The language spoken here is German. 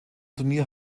turnier